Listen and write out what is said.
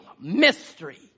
mystery